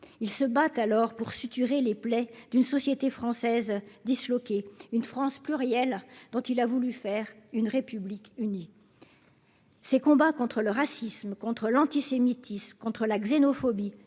ils se battent alors pour suturer les plaies d'une société française disloqué une France plurielle dont il a voulu faire une République unie ces combats contre le racisme contre l'antisémitisme, contre la xénophobie,